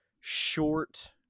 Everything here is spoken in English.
short